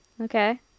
Okay